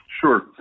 Sure